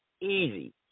easy